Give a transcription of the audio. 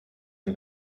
him